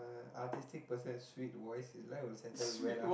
uh artistic person with sweet voice his life will settle well af~